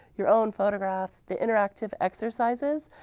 your own photographs, the interactive exercises,